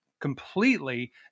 completely